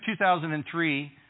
2003